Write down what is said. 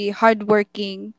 hardworking